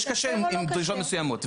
יש כשר עם דרישות מסוימות.